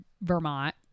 Vermont